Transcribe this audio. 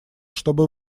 чтобы